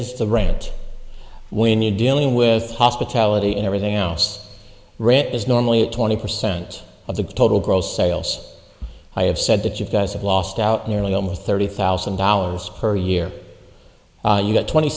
the range when you're dealing with hospitality and everything else read is normally a twenty percent of the total gross sales i have said that you guys have lost out nearly almost thirty thousand dollars per year you got twenty